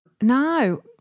No